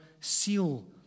seal